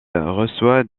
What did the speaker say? reçoit